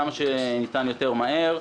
כמה שניתן יותר מהר.